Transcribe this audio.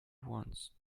wants